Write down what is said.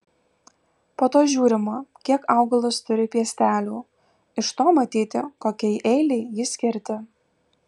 po to žiūrima kiek augalas turi piestelių iš to matyti kokiai eilei jį skirti